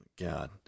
God